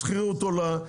השכירות עולה,